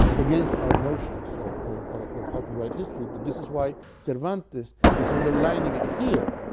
against our notions of how to write history, but this is why cervantes is underlining it here.